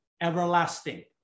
everlasting